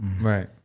Right